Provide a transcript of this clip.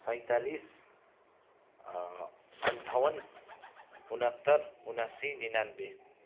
सैँतालिस अन्ठाउन्न उनहत्तर उनासी निनानन्बे